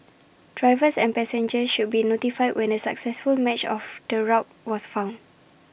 drivers and passengers should be notified when A successful match of the route was found